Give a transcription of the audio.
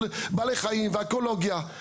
של בעלי חיים ואקולוגיה,